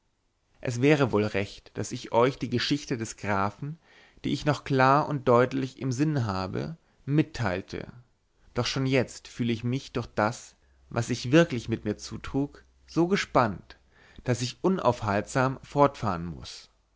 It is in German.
es wäre wohl recht daß ich euch die geschichte des grafen die ich noch klar und deutlich im sinn habe mitteilte doch schon jetzt fühle ich mich durch das was sich wirklich mit mir zutrug so gespannt daß ich unaufhaltsam fortfahren muß